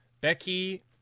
Becky